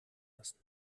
lassen